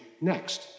next